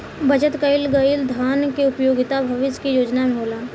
बचत कईल गईल धन के उपयोगिता भविष्य के योजना में होला